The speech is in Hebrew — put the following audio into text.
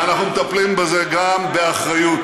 שגירשת גם, ואנחנו מטפלים בזה גם באחריות.